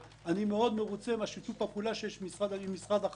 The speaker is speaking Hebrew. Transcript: אני מאוד מרוצה משיתוף הפעולה שיש עם משרד החקלאות.